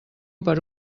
per